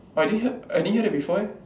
I didn't hear I didn't hear that before eh